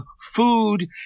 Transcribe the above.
food